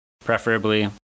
preferably